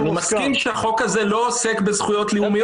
אני מסכים שהחוק הזה לא עוסק בזכויות לאומיות.